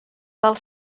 tal